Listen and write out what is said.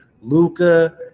Luca